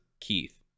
Keith